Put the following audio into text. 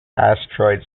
asteroid